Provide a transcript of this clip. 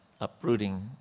uprooting